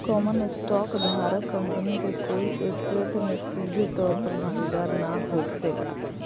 common stock धारक company के कोई ऐसेट में सीधे तौर पर भागीदार ना होखेला